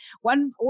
one